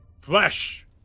Flesh